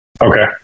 Okay